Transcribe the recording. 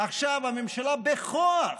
עכשיו הממשלה בכוח,